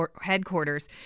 headquarters